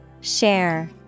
Share